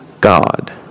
God